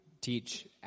teach